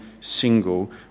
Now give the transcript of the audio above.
single